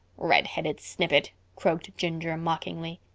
redheaded snippet, croaked ginger mockingly.